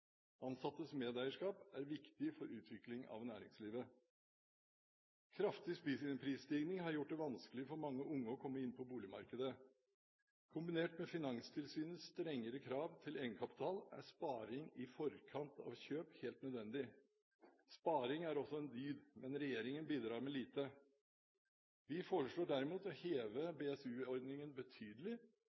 Ansattes medeierskap er viktig for utvikling av næringslivet. Kraftig prisstigning har gjort det vanskelig for mange unge å komme inn på boligmarkedet. Kombinert med Finanstilsynets strengere krav til egenkapital er sparing i forkant av kjøp helt nødvendig. Sparing er en dyd, men regjeringen bidrar med lite. Vi foreslår derimot å styrke BSU-ordningen betydelig.